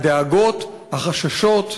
הדאגות והחששות.